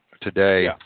today